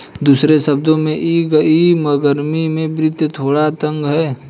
दूसरे शब्दों में, इस गर्मी में वित्त थोड़ा तंग है